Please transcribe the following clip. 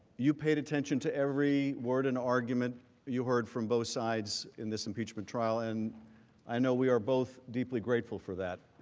you paid attention to every word an argument you heard from both sides in this impeachment trial and i know we are both deeply grateful for not.